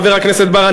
חבר הכנסת בר,